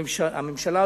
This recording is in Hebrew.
הממשלה,